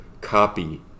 copy